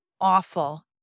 Awful